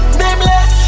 nameless